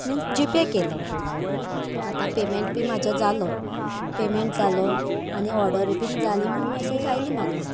means G Pay केलो आता payment बी म्हाजो जालो पेमेंट जालो आनी ऑर्डर बीन जाली म्हणून मेसेज आयली म्हाका